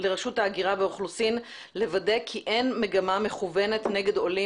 לרשות ההגירה והאוכלוסין לוודא כי אין מגמה מכוונת נגד עולים